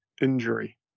injury